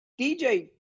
DJ